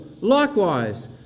likewise